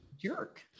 jerk